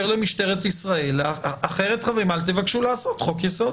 למשטרת ישראל כי אחרת אל תבקשו לעשות חוק יסוד.